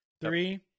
Three